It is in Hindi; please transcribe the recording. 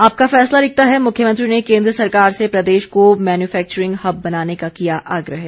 आपका फैसला लिखता है मुख्यमंत्री ने केन्द्र सरकार से प्रदेश को मैन्यूफैक्चरिंग हब बनाने का किया आग्रह